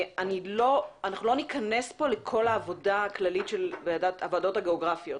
אנחנו לא ניכנס פה לכל העבודה הכללית של הוועדות הגיאוגרפיות.